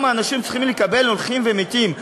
האנשים שצריכים לקבל אותם הולכים ומתים.